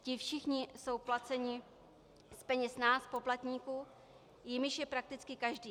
Ti všichni jsou placeni z peněz nás, poplatníků, jimiž je prakticky každý.